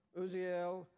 Uziel